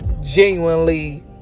genuinely